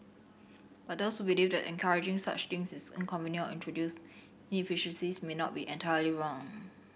but those believe that encouraging such things is inconvenient or introduce inefficiencies may not be entirely wrong